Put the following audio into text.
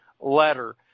letter